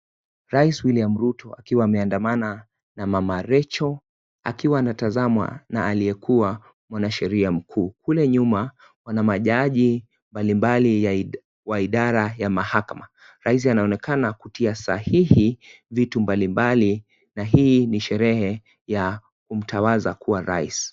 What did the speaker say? Rais William Ruto akiwa ameandamana na Mama Rachel. Akiwa anatazamwa na aliekuwa mwana sheria mkuu. Kule nyuma kuna majaji mbalimbali wa idara ya mahakama. Rais anaonekana kutia sahihi vitu mbalimbali na hii nisherehe ya kumtawaza kuwa Rais.